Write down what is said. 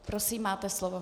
Prosím, máte slovo.